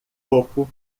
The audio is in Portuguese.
topo